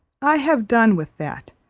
i have done with that,